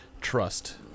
trust